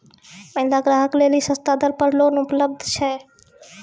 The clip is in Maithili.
महिला ग्राहक लेली सस्ता दर पर लोन उपलब्ध छै?